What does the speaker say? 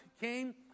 came